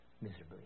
miserably